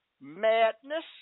madness